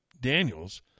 Daniels